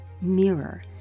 mirror